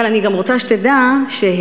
אבל אני גם רוצה שתדע שהבנתי,